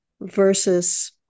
versus